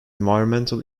environmental